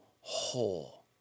whole